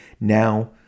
now